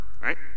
right